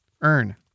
Earn